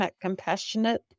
compassionate